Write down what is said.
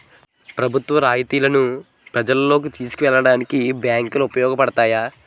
ప్రభుత్వ రాయితీలను ప్రజల్లోకి తీసుకెళ్లడానికి బ్యాంకులు ఉపయోగపడతాయి